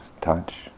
touch